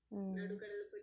mm